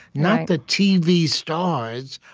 not the tv stars,